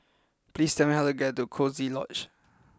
please tell me how to get to Coziee Lodge